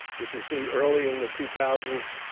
you can see early in the two thousand